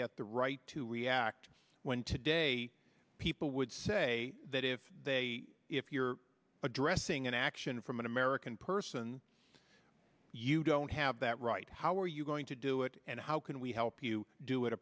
get the right to react when today people would say that if they if you're addressing an action from an american person you don't have that right how are you going to do it and how can we help you do it